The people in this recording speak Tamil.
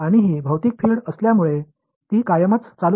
மாணவர் எல்லைக்கு ஒரு முடிவிலி உள்ளது